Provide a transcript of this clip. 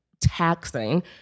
taxing